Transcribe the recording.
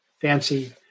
fancy